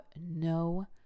no